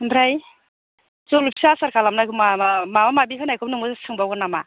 ओमफ्राय जलफि आसार खालामनायखौ मा माबा माबि होनायखौ नोंनाव सोंबावगोन नामा